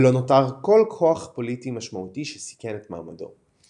ולא נותר כל כוח פוליטי משמעותי שסיכן את מעמדו.